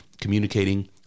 communicating